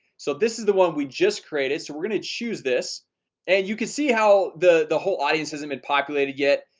so this is the one we just created so we're gonna choose this and you can see how the the whole audience hasn't been populated yet.